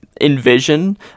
envision